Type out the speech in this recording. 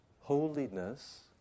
holiness